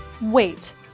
Wait